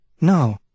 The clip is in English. No